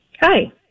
Hi